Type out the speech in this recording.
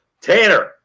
Tanner